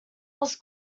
was